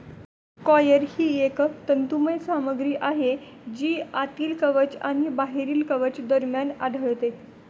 coir ही एक तंतुमय सामग्री आहे जी आतील कवच आणि बाहेरील कवच दरम्यान आढळते